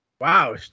Wow